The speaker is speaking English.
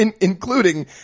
Including